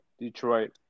Detroit